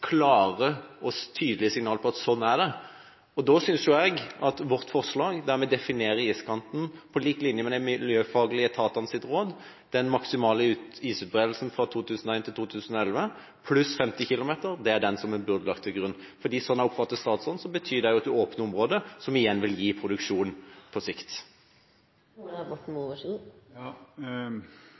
klare og tydelige signaler om at slik er det. I vårt forslag definerer vi iskanten på samme måte som de miljøfaglige etatene: den maksimale isutbredelsen fra 2001–2011 pluss 50 km. Det er den definisjonen man burde lagt til grunn. Slik jeg oppfatter statsråden, betyr det at man åpner området, som igjen vil gi produksjon på